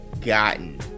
gotten